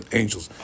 angels